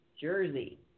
Jersey